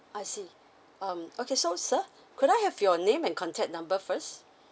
I see um okay so sir could I have your name and contact number first